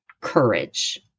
courage